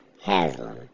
Haslam